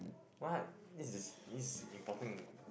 what this is is important